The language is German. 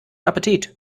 appetit